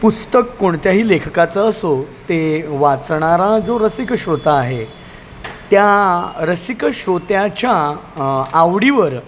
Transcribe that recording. पुस्तक कोणत्याही लेखकाचं असो ते वाचणारा जो रसिक श्रोता आहे त्या रसिक श्रोत्याच्या आवडीवर